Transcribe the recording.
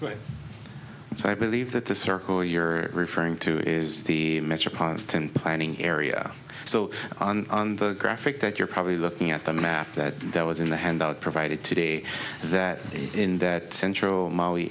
right so i believe that the circle you're referring to is the metropolitan planning area so the graphic that you're probably looking at the map that that was in the handout provided today that in that central